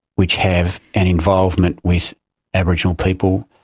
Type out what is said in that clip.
which have an involvement with aboriginal people,